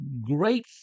great